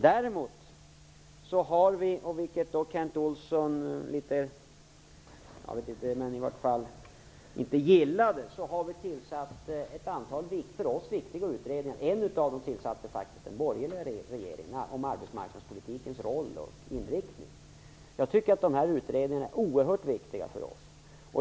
Däremot har vi, vilket Kent Olsson inte gillade, tillsatt ett antal för oss viktiga utredningar. En av dem - tillsatte faktiskt den borgerliga regeringen. Jag tycker att dessa utredningar är oerhört viktiga för oss.